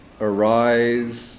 arise